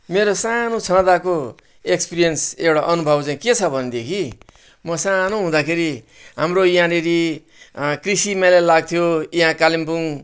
मेरो सानो छँदाको एक्सपिरियन्स एउटा अनुभव चाहिँ के छ भनेदेखि म सानो हुँदाखेरि हाम्रो यहाँनिर कृषि मेला लाग्थ्यो यहाँ कालिम्पोङ